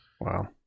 Wow